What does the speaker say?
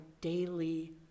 daily